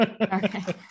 okay